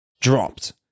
dropped